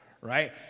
Right